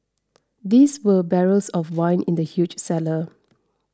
these were barrels of wine in the huge cellar